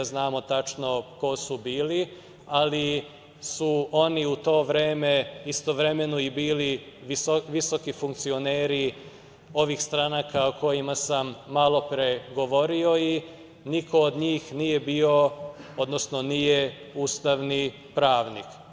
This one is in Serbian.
Znamo tačno ko su bili, ali su oni u to vreme istovremeno i bili visoki funkcioneri ovih stranaka o kojima sam malopre govorio i niko od njih nije ustavni pravnik.